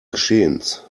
geschehens